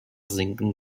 sinken